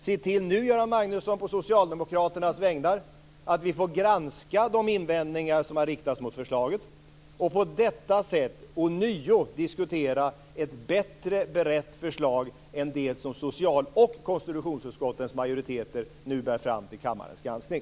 Göran Magnusson, se alltså på Socialdemokraternas vägnar till att vi får granska de invändningar som har riktats mot förslaget och på detta sätt ånyo diskutera ett bättre berett förslag än det som socialutskottets och konstitutionsutskottets majoriteter nu bär fram till kammarens granskning!